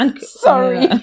Sorry